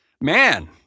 Man